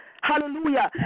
Hallelujah